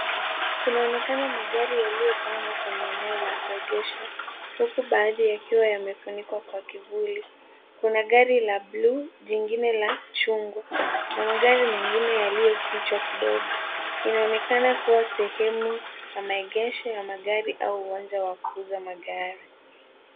Kunaonekana magari yaliyopangwa kwenye eneo la kuegesha huku baadhi yakiwa yamefunikwa kwa kivuli. Kuna gari la blue ,jingine la chungwa na magari mengine yaliyofichwa kidogo. Inaonekana kuwa sehemu ya maegesho ya magari au uwanja wa kuuza magari.